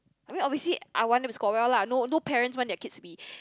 I mean obviously I want them to score well lah no no parents want their kids to be